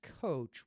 coach